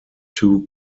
two